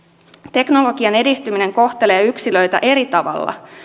teknologian edistyminen kohtelee yksilöitä eri tavalla